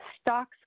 stocks